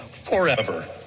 forever